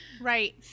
right